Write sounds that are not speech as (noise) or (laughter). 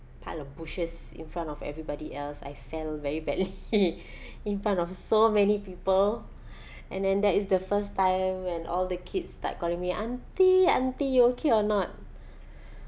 pile of bushes in front of everybody else I fell very badly (laughs) in front of so many people (breath) and then that is the first time when all the kids start calling me auntie auntie you okay or not (breath)